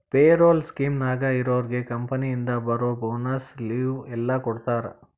payroll ಸ್ಕೇಮ್ನ್ಯಾಗ ಇರೋರ್ಗೆ ಕಂಪನಿಯಿಂದ ಬರೋ ಬೋನಸ್ಸು ಲಿವ್ವು ಎಲ್ಲಾ ಕೊಡ್ತಾರಾ